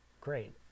great